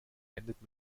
endet